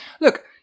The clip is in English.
look